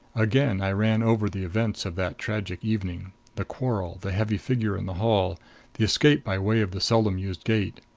again i ran over the events of that tragic evening the quarrel the heavy figure in the hall the escape by way of the seldom-used gate.